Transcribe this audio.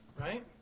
right